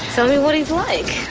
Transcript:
so me what he's like.